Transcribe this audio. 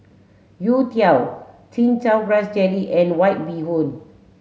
Youtiao chin chow grass jelly and white bee hoon